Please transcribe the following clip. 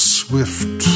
swift